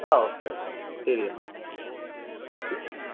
ആ okay okay ശരിയെന്നാൽ okay